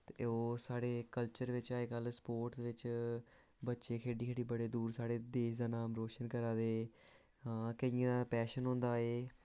ओह् साढ़े कल्चर बिच्च अजकल्ल स्पोर्ट बिच्च बच्चे खेढी खेढी बड़े दूर साढ़े देश दा नांऽ रोशन करा दे हां केइयें दा पैशन होंदा एह्